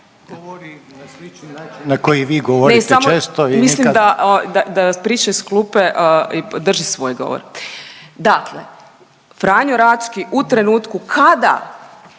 na koji vi govorite često i …/…